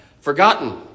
forgotten